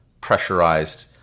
pressurized